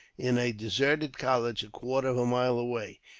in a deserted cottage a quarter of a mile away.